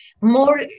more